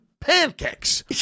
pancakes